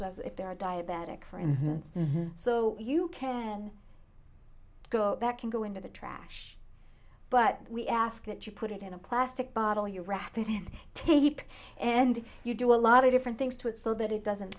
they're a diabetic for instance so you can go back and go into the trash but we ask that you put it in a plastic bottle your wrath and tape and you do a lot of different things to it so that it doesn't